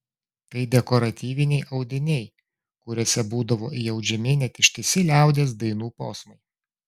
tai dekoratyviniai audiniai kuriuose būdavo įaudžiami net ištisi liaudies dainų posmai